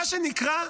מה שנקרא,